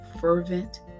fervent